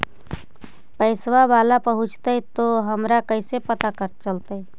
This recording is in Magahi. पैसा बाला पहूंचतै तौ हमरा कैसे पता चलतै?